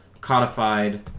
codified